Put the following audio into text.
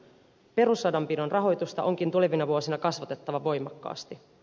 perusradanpidon rahoitusta onkin tulevina vuosina kasvatettava voimakkaasti